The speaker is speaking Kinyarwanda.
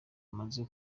tumaze